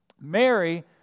Mary